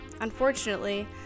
Unfortunately